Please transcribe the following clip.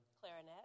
clarinet